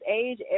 age